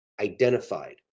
identified